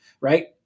Right